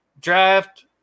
Draft